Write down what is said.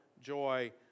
joy